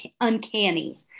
uncanny